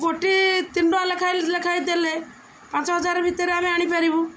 ଗୋଟେ ତିନି ଟଙ୍କା ଲେଖାଏଁ ଦେଲେ ପାଞ୍ଚ ହଜାର ଭିତରେ ଆମେ ଆଣିପାରିବୁ